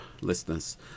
listeners